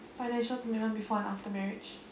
financial commitments before and after marriage